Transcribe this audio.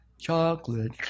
Chocolate